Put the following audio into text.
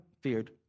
feared